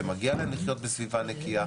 שמגיע להם לחיות בסביבה נקיה,